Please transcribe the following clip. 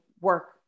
work